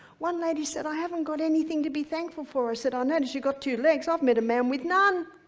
one lady said, i haven't got anything to be thankful for. i said, i noticed you got two legs. i've met a man with none.